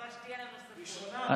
בינתיים.